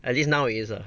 at least now it is lah